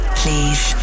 please